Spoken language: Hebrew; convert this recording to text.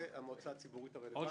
והמועצה הציבורית הרלוונטית.